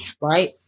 Right